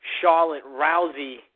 Charlotte-Rousey